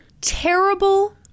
terrible